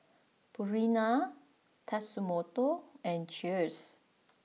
Purina Tatsumoto and Cheers